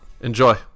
Enjoy